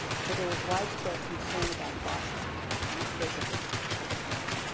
for there was widespread concern about boston and the shape of its public ground.